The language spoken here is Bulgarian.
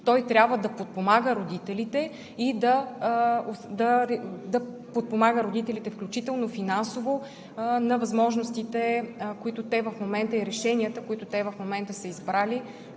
той трябва да подпомага родителите и да подпомага родителите включително финансово за възможностите и решенията, които те в момента са избрали